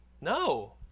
No